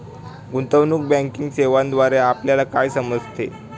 गुंतवणूक बँकिंग सेवांद्वारे आपल्याला काय समजते?